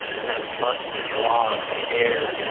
and then plus the draw of the air.